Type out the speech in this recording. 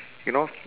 you know